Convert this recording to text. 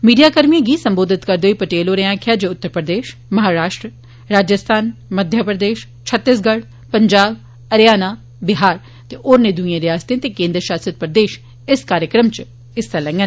media कर्मियें गी संबोधित करदे होई पटेल होरें आक्खेआ उत्तर प्रदेश महाराष्ट्र राजस्थान मध्यप्रदेश छत्तीसगढ़ पंजाब हरियाणा बिहार ते होरनें दूईयें रियासतै ते केन्द्र शासत प्रदेश इस कार्यक्रम च हिस्सा लैंडन